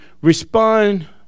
respond